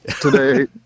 today